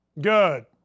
Good